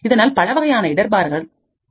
இதனால் பலவகையான இடர்பாடுகள் குறைக்கப்படுகின்றன